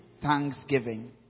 thanksgiving